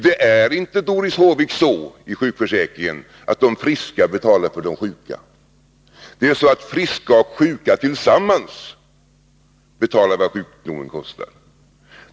Det är inte så i sjukförsäkringen, Doris Håvik, att de friska betalar för de sjuka. Friska och sjuka tillsammans betalar vad sjukdomen kostar.